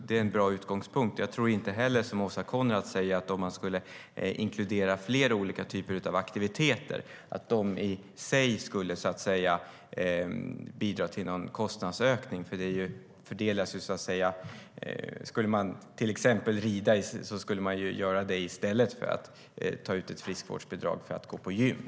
Det är en bra utgångspunkt. Precis som Åsa Coenraads tror inte heller jag att om man inkluderade fler typer av aktiviteter det i sig skulle bidra till någon kostnadsökning. Om man till exempel red skulle man göra det i stället för att ta ut ett friskvårdsbidrag för att gå på gym.